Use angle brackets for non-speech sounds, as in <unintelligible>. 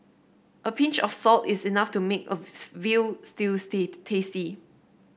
a pinch of salt is enough to make a <unintelligible> veal stew <unintelligible> tasty